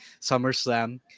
SummerSlam